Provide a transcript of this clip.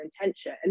intention